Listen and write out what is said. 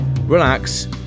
relax